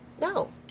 No